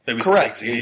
Correct